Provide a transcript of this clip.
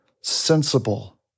sensible